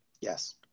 yes